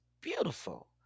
beautiful